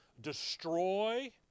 destroy